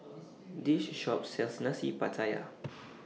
This Shop sells Nasi Pattaya